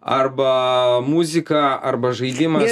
arba muziką arba žaidimas